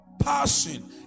passion